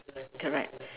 correct